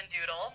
doodle